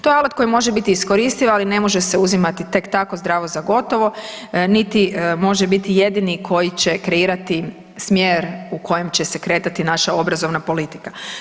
To je alat koji može biti iskoristiv, ali ne može se uzimati tek tako zdravo za gotovo, niti može biti jedini koji će kreirati smjer u kojem će se kretati naša obrazovna politika.